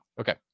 Okay